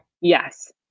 Yes